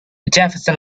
jefferson